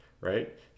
right